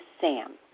SAM